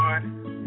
good